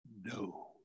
No